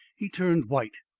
he turned white,